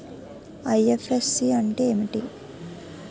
IFSC అంటే ఏమిటి?